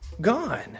gone